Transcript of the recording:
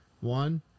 One